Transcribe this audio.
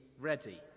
ready